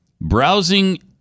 Browsing